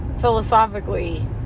philosophically